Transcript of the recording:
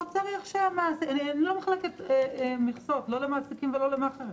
אני לא מחלקת מכסות, לא למעסיקים ולא למאכערים.